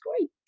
great